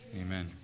Amen